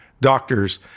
doctors